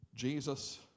Jesus